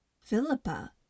Philippa